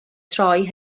troi